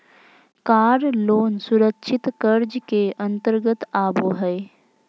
कार loan सुरक्षित कर्ज के अंतर्गत आबो हय